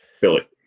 Billy